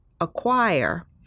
acquire